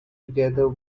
together